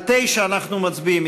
על 9 אנחנו מצביעים.